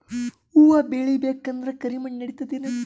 ಹುವ ಬೇಳಿ ಬೇಕಂದ್ರ ಕರಿಮಣ್ ನಡಿತದೇನು?